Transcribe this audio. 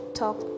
talk